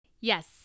yes